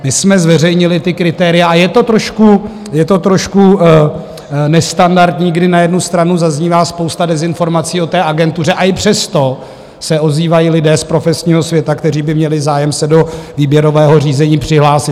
My jsme zveřejnili ta kritéria a je to trošku nestandardní, kdy na jednu stranu zaznívá spousta dezinformací o té agentuře, a i přesto se ozývají lidé z profesního světa, kteří by měli zájem se do výběrového řízení přihlásit.